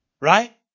Right